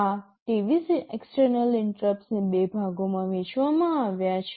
આ 23 એક્સટર્નલ ઇન્ટરપ્ટસને બે ભાગોમાં વહેંચવામાં આવ્યા છે